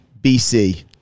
BC